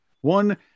One